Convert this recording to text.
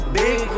big